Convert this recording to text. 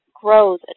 grows